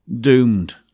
doomed